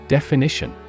Definition